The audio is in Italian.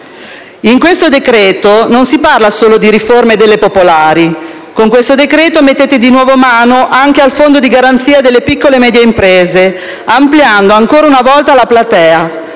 in esame non si parla solo di riforma delle popolari, ma si mette di nuovo mano anche al fondo di garanzia per le piccole e medie imprese, ampliando ancora una volta la platea